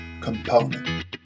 component